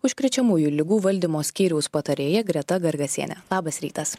užkrečiamųjų ligų valdymo skyriaus patarėja greta gargasienė labas rytas